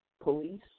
police